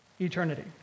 eternity